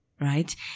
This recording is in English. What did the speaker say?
right